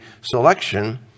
selection